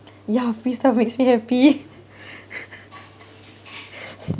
ya free stuff makes me happy